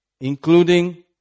including